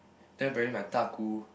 then apparently my 大姑